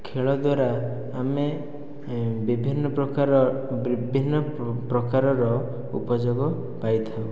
ଖେଳ ଦ୍ବାରା ଆମେ ବିଭିନ୍ନ ପ୍ରକାର ବିଭିନ୍ନ ପ୍ରକାରର ଉପଯୋଗ ପାଇଥାଉ